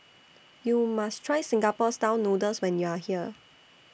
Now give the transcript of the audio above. YOU must Try Singapore Style Noodles when YOU Are here